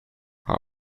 how